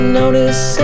notice